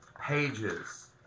pages